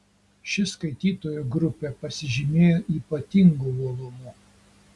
ši skaitytojų grupė pasižymėjo ypatingu uolumu